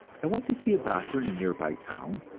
i went to see a doctor in a nearby town,